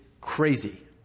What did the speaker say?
crazy